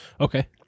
Okay